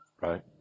right